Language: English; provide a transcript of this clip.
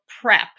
prep